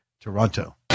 Toronto